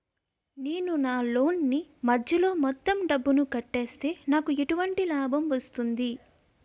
నేను నా లోన్ నీ మధ్యలో మొత్తం డబ్బును కట్టేస్తే నాకు ఎటువంటి లాభం వస్తుంది?